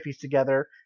together